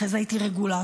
אחרי זה הייתי רגולטורית,